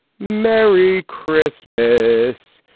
merry christmas,